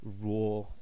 raw